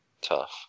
tough